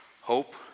Hope